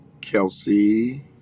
Kelsey